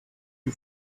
you